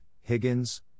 Higgins